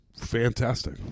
fantastic